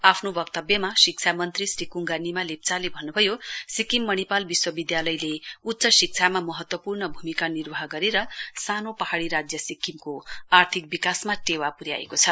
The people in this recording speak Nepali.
आफ्नो वक्तव्यमा शिक्षा मन्त्री श्री कुंगा निमा लेप्चाले भन्न्भयो सिक्किम मणिपाल विश्वविधालले उच्च शिक्षामा महत्वपूर्ण भूमिका निर्वाह गरेर सानो पहाड़ी राज्य सिक्किमको आर्थिक विकासमा टेवा प्र्याएको छ